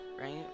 right